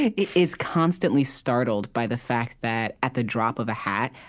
is constantly startled by the fact that, at the drop of a hat,